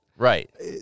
Right